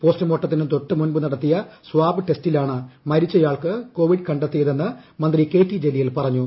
പോസ്റ്റ്മോർട്ടത്തിന് തൊട്ടുമുമ്പ് നടത്തിയ സ്വാബ് ട്ടസ്റ്റിലാണ് മരിച്ചയാൾക്ക് കൊവിഡ് കണ്ടെത്തിയതെന്ന് മന്ത്രി ്ലൂക് ടി ജലീൽ പറഞ്ഞു